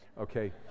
okay